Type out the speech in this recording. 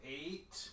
eight